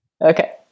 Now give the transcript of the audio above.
Okay